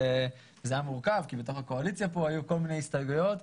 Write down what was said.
וזה היה מורכב כי בתוך הקואליציה היו כל מיני הסתייגויות,